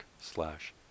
slash